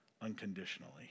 unconditionally